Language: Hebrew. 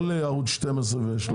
לא לערוץ 12 ו-13.